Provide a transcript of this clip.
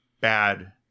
bad